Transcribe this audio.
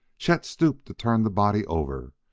chet stooped to turn the body over,